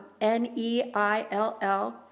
N-E-I-L-L